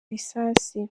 lisansi